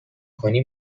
کنی